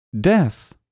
death